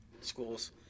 schools